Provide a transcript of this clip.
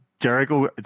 Jericho